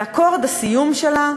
באקורד הסיום שלה,